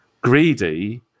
greedy